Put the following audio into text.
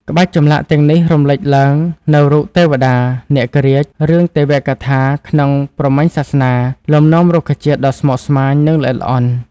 ក្បាច់ចម្លាក់ទាំងនេះរំលេចឡើងនូវរូប ទេវតា នាគរាជ រឿងទេវកថាក្នុងព្រហ្មញ្ញសាសនា លំនាំរុក្ខជាតិដ៏ស្មុគស្មាញ និងល្អិតល្អន់។